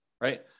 right